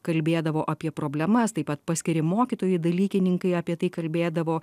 kalbėdavo apie problemas taip pat paskiri mokytojai dalykininkai apie tai kalbėdavo